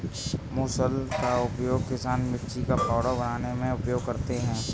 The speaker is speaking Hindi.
मुसल का उपयोग किसान मिर्ची का पाउडर बनाने में उपयोग करते थे